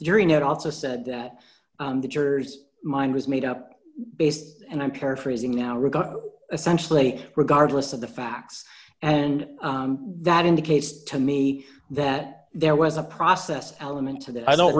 during it also said that the jurors mind was made up based and i'm paraphrasing now regard essentially regardless of the facts and that indicates to me that there was a process element to that i don't